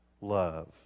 love